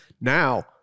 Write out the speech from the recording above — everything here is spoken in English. Now